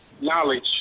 knowledge